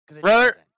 Brother